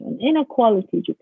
inequality